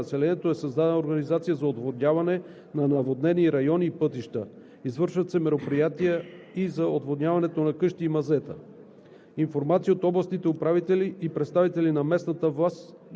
Съвместно със служителите от Регионална дирекция „Пожарна безопасност и защита на населението“ е създадена организация за отводняване на наводнени райони и пътища. Извършват се мероприятия и за отводняването на къщи и мазета.